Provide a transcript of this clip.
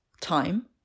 time